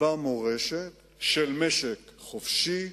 במורשת של משק חופשי,